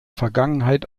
vergangenheit